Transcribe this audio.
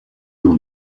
dans